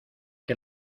que